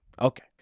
okay